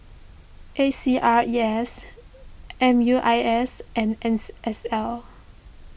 A C R E S M U I S and N S L